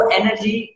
energy